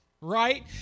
right